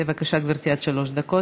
בבקשה, גברתי, עד שלוש דקות.